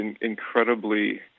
incredibly